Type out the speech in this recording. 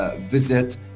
visit